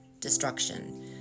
destruction